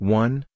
one